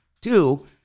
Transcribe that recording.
Two